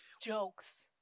Jokes